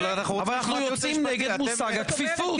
אבל אנחנו יוצאים נגד מושג הכפיפות.